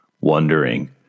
Wondering